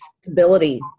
stability